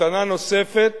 המתנה נוספת